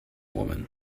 woman